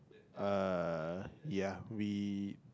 uh ya we